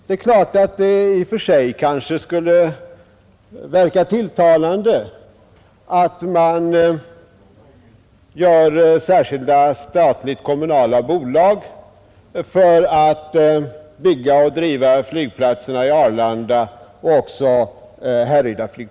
Det är klart att det i och för sig kanske verkar tilltalande att bilda särskilda statligt-kommunala bolag för att bygga och driva flygplatserna i Arlanda och Härryda.